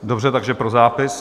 Dobře, takže pro zápis.